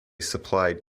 supplied